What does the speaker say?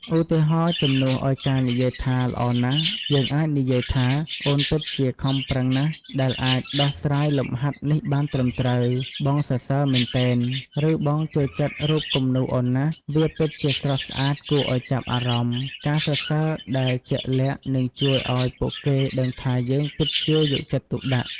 ឧទាហរណ៍ ជំនួសឲ្យការនិយាយថា ល្អណាស់ យើងអាចនិយាយថា អូនពិតជាខំប្រឹងណាស់ដែលអាចដោះស្រាយលំហាត់នេះបានត្រឹមត្រូវ បងសរសើរមែនទែន! ឬ បងចូលចិត្តរូបគំនូរអូនណាស់ វាពិតជាស្រស់ស្អាតគួរឲ្យចាប់អារម្មណ៍! ការសរសើរដែលជាក់លាក់នឹងជួយឲ្យពួកគេដឹងថាយើងពិតជាយកចិត្តទុកដាក់។